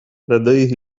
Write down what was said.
لديه